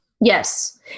Yes